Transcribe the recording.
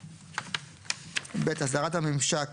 (ב) הסדרת הממשק